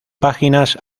páginas